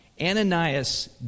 Ananias